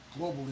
globally